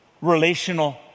relational